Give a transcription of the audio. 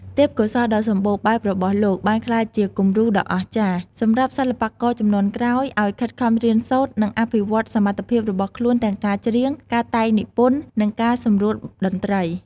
ទេពកោសល្យដ៏សម្បូរបែបរបស់លោកបានក្លាយជា គំរូដ៏អស្ចារ្យ សម្រាប់សិល្បករជំនាន់ក្រោយឱ្យខិតខំរៀនសូត្រ និងអភិវឌ្ឍសមត្ថភាពរបស់ខ្លួនទាំងការច្រៀង ការតែងនិពន្ធ និងការសម្រួលតន្ត្រី ។